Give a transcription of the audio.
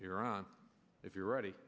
here on if you're ready